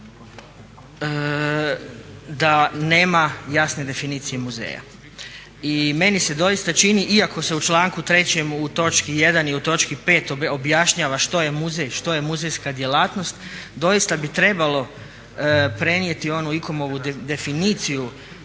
da nema jasne definicije muzeja. I meni se doista čini iako se u članku 3. u točki 1. i u točki 5. objašnjava što je muzej, što je muzejska djelatnost, doista bi trebalo prenijeti onu ICOM-ovu definiciju